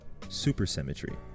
supersymmetry